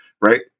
right